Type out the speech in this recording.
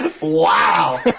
Wow